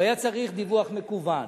הוא היה צריך דיווח מקוון,